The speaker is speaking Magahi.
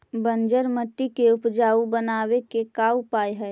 बंजर मट्टी के उपजाऊ बनाबे के का उपाय है?